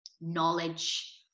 knowledge